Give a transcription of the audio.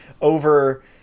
over